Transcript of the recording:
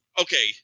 Okay